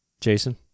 Jason